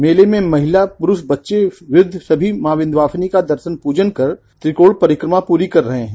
मेले मे महिला पुरूष बच्चे वृद्ध सभी माँ विन्ध्यवासिनी का दर्शन प्रजन कर त्रिकोण परिक्रमा पूरी कर रहे हैं